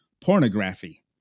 pornography